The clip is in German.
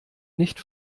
nicht